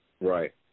Right